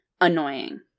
annoying